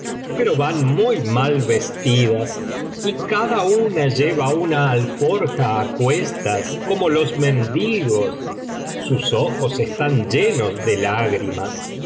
pero van muy mal vestidas y cada una lleva una alforja á cuestas como los mendigos sus ojos están llenos de lágrimas